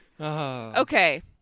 Okay